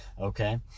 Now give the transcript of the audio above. okay